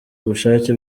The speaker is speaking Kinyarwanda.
ubushake